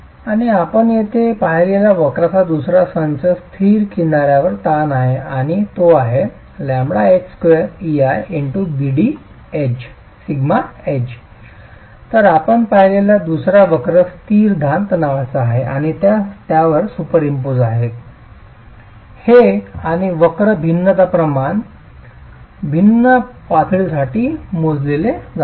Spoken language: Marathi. आणि आपण येथे पाहिलेला वक्रांचा दुसरा संच स्थिर किनार्यावरील ताण आहे आणि तो आहे λh2EIbdedge तर आपण पाहिलेला दुसरा वक्र स्थिर धार तणावाचा आहे आणि त्या वर सुपरपोझ आहेत हे आणि वक्र भिन्नता प्रमाण भिन्न पातळीसाठी मोजले जातात